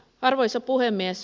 arvoisa puhemies